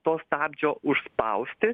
to stabdžio užspausti